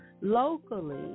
Locally